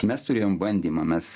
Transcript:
mes turėjom bandymą mes